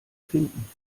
finden